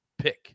Pick